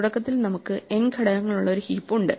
തുടക്കത്തിൽ നമുക്ക് n ഘടകങ്ങളുള്ള ഒരു ഹീപ്പ് ഉണ്ട്